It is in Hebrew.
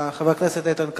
חבר הכנסת איתן כבל,